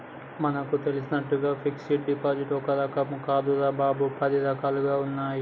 మనకు తెలిసినట్లుగా ఫిక్సడ్ డిపాజిట్లో ఒక్క రకం కాదురా బాబూ, పది రకాలుగా ఉన్నాయి